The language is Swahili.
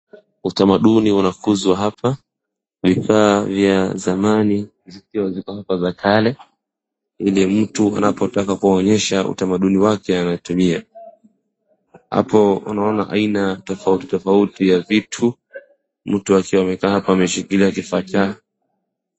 Utamaduni unakuzwa hapa, vifaa vya zamani zikiwa ziko hapa za kale ili mtu anapotaka kuwaonyesha utamaduni wake anatumia. Hapo unaona aina tofautitofauti ya vitu mtu akiwa amekaa hapo akishikilia kifaa cha.